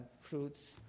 fruits